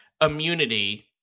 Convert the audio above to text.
immunity